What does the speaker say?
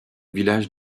village